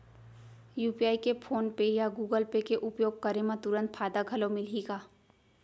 UPI के PhonePe या Google Pay के उपयोग करे म तुरंत फायदा घलो मिलही का?